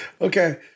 Okay